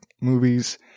movies